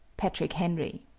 patrick henry.